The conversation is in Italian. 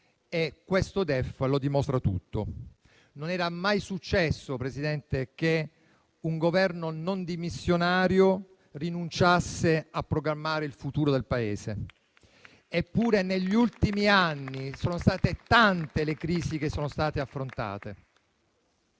questo DEF lo dimostra tutto. Non era mai successo, Presidente, che un Governo non dimissionario rinunciasse a programmare il futuro del Paese; eppure negli ultimi anni sono state tante le crisi che sono state affrontate.